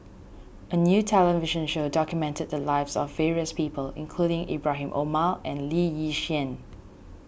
a new television show documented the lives of various people including Ibrahim Omar and Lee Yi Shyan